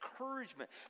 encouragement